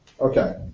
Okay